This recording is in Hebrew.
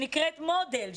שנקראת מודל,